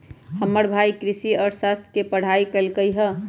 हमर भाई कृषि अर्थशास्त्र के पढ़ाई कल्कइ ह